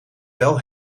wel